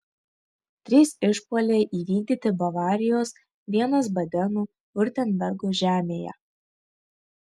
trys išpuoliai įvykdyti bavarijos vienas badeno viurtembergo žemėje